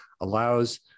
allows